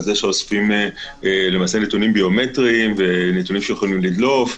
על זה שאוספים נתונים ביומטריים ונתונים שיכולים לדלוף.